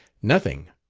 nothing,